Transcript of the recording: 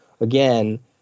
again